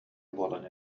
буолан